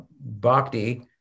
bhakti